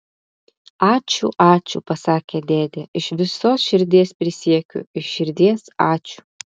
ačiū ačiū pasakė dėdė iš visos širdies prisiekiu iš širdies ačiū